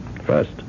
First